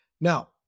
Now